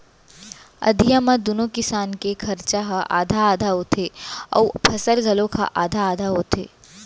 अधिया म दूनो किसान के खरचा ह आधा आधा होथे अउ फसल घलौक ह आधा आधा होथे